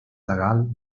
legal